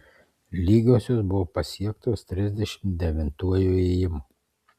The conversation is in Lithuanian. lygiosios buvo pasiektos trisdešimt devintuoju ėjimu